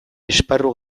esparru